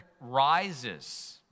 rises